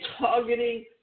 targeting